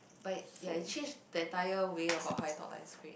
but ya it changed the entire way about how I thought life's great